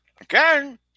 again